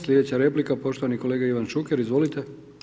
Sljedeća replika poštovani kolega Ivan Šuker, izvolite.